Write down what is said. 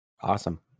awesome